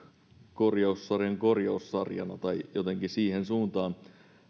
korjaussarjan korjaussarjaksi tai jotenkin siihen suuntaan